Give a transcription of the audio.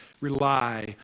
rely